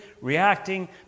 reacting